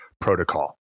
protocol